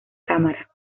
cámara